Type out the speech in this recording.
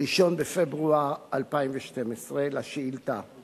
1 בפברואר 2012. אני